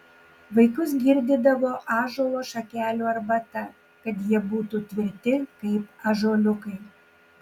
vaikus girdydavo ąžuolo šakelių arbata kad jie būtų tvirti kaip ąžuoliukai